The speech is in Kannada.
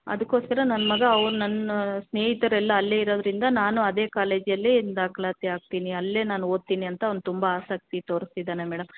ಅದಕ್ಕೋಸ್ಕರ ನನ್ನ ಮಗ ಅವ್ ನನ್ನ ಸ್ನೇಹಿತರೆಲ್ಲ ಅಲ್ಲೇ ಇರೋದ್ರಿಂದ ನಾನು ಅದೇ ಕಾಲೇಜಲ್ಲಿ ದಾಖಲಾತಿ ಆಗ್ತೀನಿ ಅಲ್ಲೇ ನಾನು ಓದ್ತೀನಿ ಅಂತ ಅವನು ತುಂಬ ಆಸಕ್ತಿ ತೋರಿಸ್ತಿದ್ದಾನೆ ಮೇಡಮ್